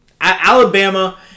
Alabama